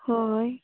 ᱦᱳᱭ